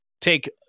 take